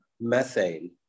methane